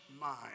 mind